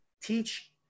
teach